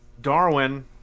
darwin